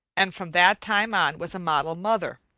and from that time on was a model mother.